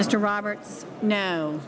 mr robert no